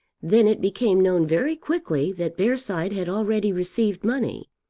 then it became known very quickly that bearside had already received money,